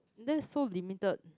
that is so limited